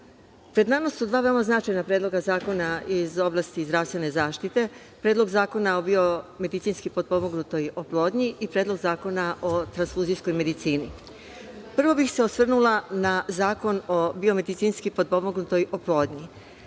pred nama su dva veoma značajna predloga zakona iz oblasti zdravstvene zaštite, Predlog zakona o biomedicinski potpomognutoj oplodnji i Predlog zakona o transfuzijskoj medicini. Prvo bih se osvrnula na zakona o biomedicinski potpomognutoj oplodnji.